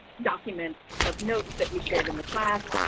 document of notes that we shared in the class.